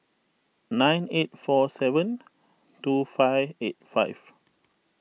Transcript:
nine eight four seven two five eight five